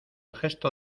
gesto